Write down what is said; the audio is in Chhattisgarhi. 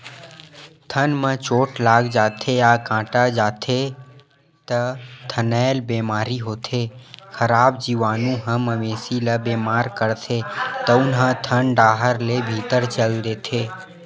थन म चोट लाग जाथे या कटा जाथे त थनैल बेमारी होथे, खराब जीवानु ह मवेशी ल बेमार करथे तउन ह थन डाहर ले भीतरी चल देथे